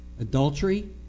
adultery